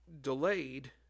delayed